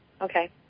Okay